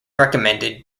recommended